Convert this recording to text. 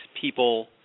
people